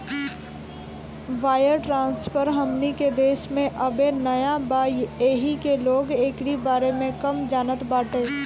wire transfer हमनी के देश में अबे नया बा येही से लोग एकरी बारे में कम जानत बाटे